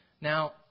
Now